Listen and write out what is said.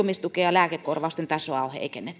lääkekorvausten tasoa on heikennetty